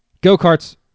Go-karts